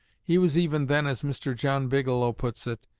he was even then, as mr. john bigelow puts it,